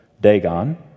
Dagon